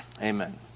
Amen